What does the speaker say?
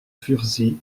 fursy